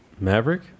Maverick